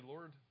Lord